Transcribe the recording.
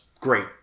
great